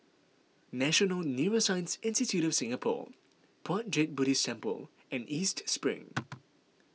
National Neuroscience Institute of Singapore Puat Jit Buddhist Temple and East Spring